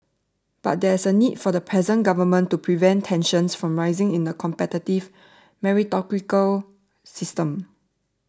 but there is a need for the present Government to prevent tensions from rising in the competitive meritocratic system